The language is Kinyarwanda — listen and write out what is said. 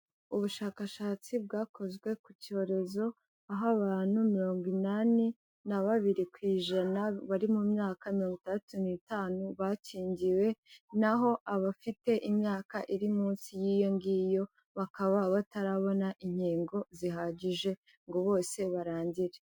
Ubushakashatsi bwakozwe ku cyorezo, aho abantu mirongo inani na babiri ku ijana, bari mu myaka mirongo itandatu n'itanu bakingiwe, naho abafite imyaka iri munsi y'iyo ngiyo bakaba batarabona inkingo zihagije ngo bose barangire.